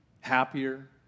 happier